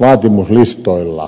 vaatimuslistoilla